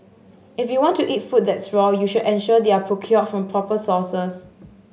if you want to eat food that's raw you should ensure they are procured from proper sources